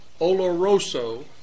Oloroso